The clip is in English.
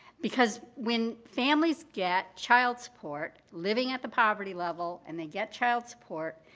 because when families get child support, living at the poverty level, and they get child support,